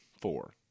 four